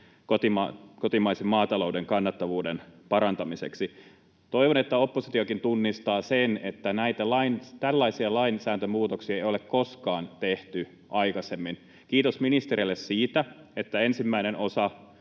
kotimaisen maatalouden kannattavuuden parantamiseksi. Toivon, että oppositiokin tunnistaa sen, että tällaisia lainsäädäntömuutoksia ei ole tehty koskaan aikaisemmin. Kiitos ministerille siitä, että ensimmäinen osa